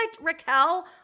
Raquel